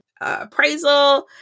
appraisal